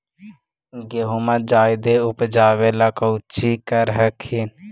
गेहुमा जायदे उपजाबे ला कौची कर हखिन?